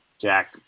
Jack